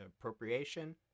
appropriation